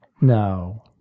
No